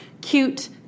cute